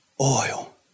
oil